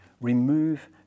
remove